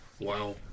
Wow